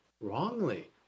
wrongly